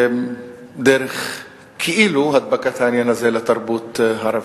דרך כאילו הדבקת העניין הזה לתרבות הערבית.